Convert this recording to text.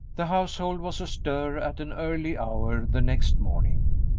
the household was astir at an early hour the next morning.